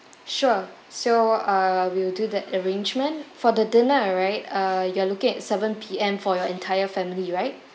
sure so uh we'll do the arrangement for the dinner right uh you are looking at seven P_M for your entire family right